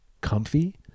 comfy